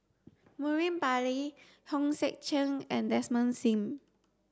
Murali Pillai Hong Sek Chern and Desmond Sim